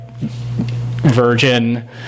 virgin